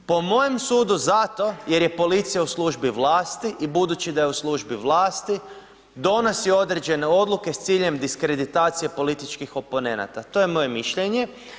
Po mojem sudu zato jer je policija u službi vlasti i budući da je u službi vlasti donosi određene odluke s ciljem diskreditacije političkih oponenata, to je moje mišljenje.